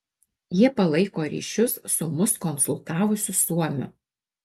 jie palaiko ryšius su mus konsultavusiu suomiu